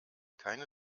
keine